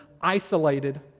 isolated